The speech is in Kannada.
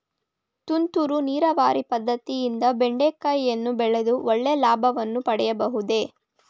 ತುಂತುರು ನೀರಾವರಿ ಪದ್ದತಿಯಿಂದ ಬೆಂಡೆಕಾಯಿಯನ್ನು ಬೆಳೆದು ಒಳ್ಳೆಯ ಲಾಭವನ್ನು ಪಡೆಯಬಹುದೇ?